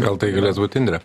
gal tai galės būti indrė